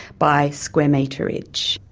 by square metreage.